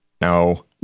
No